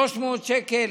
300 שקל